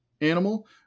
animal